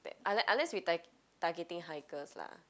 that unless unless we tar~ targeting hikers lah